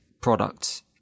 products